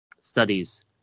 studies